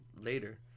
later